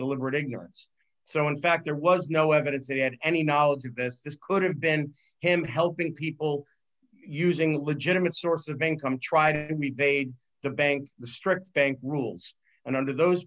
deliberate ignorance so in fact there was no evidence that he had any knowledge of this this could have been him helping people using legitimate source of income tried and he bade the bank the strict bank rules and under those